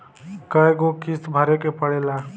कय गो किस्त भरे के पड़ेला?